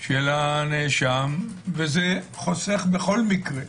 של הנאשם, וזה חוסך בכל מקרה.